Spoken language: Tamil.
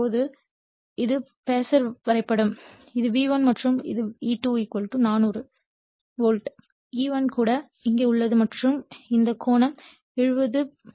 எனவே இப்போது இது பேசர் வரைபடம் இது V1 மற்றும் இது E2 400 வோல்ட் E1 கூட இங்கே உள்ளது மற்றும் இந்த கோணம் 70